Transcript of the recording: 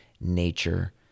nature